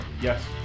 yes